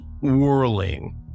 whirling